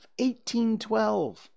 1812